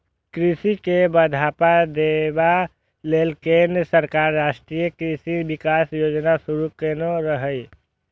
कृषि के बढ़ावा देबा लेल केंद्र सरकार राष्ट्रीय कृषि विकास योजना शुरू केने रहै